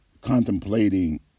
contemplating